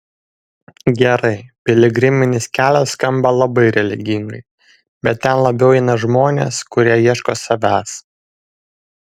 gerai piligriminis kelias skamba labai religingai bet ten labiau eina žmonės kurie ieško savęs